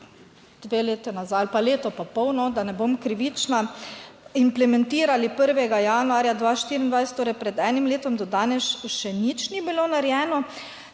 dve leti nazaj ali pa leto pa pol, da ne bom krivična, implementirali 1. januarja 2024, torej pred enim letom, do danes še nič ni bilo narejeno.